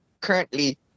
currently